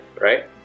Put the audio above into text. right